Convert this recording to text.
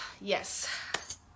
Yes